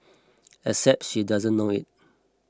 except she doesn't know it